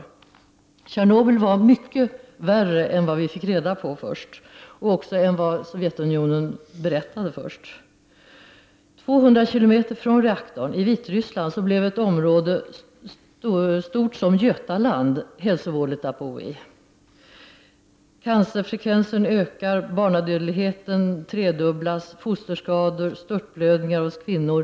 Kärnkraftsolyckan i Tjernobyl var mycket värre än vad vi först fick reda på och värre än vad Sovjetunionen berättade från början. 200 km från reaktorn, i Vitryssland, blev ett område stort som Götaland hälsovådligt att bo i. Cancerfrekvensen ökar, barnadödligheten har tredubblats, det förekommer fosterskador och störtblödningar hos kvinnor.